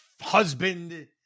husband